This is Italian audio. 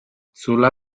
sulla